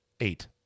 Eight